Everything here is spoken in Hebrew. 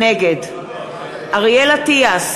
נגד אריאל אטיאס,